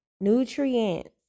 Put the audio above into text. nutrients